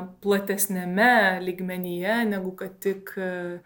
platesniame lygmenyje negu kad tik